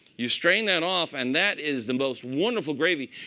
you strain that off. and that is the most wonderful gravy.